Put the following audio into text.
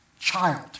child